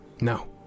No